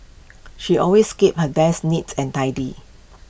she always keeps her desk neats and tidy